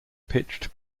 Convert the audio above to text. pitched